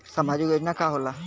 सामाजिक योजना का होला?